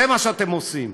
זה מה שאתם עושים.